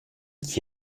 qui